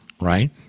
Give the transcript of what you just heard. right